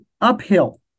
uphill